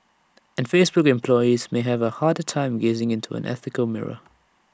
and Facebook employees may have A harder time gazing into an ethical mirror